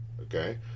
okay